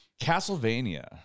Castlevania